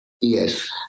Yes